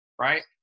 right